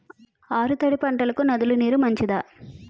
ఆరు తడి పంటలకు నదుల నీరు మంచిదా?